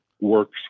works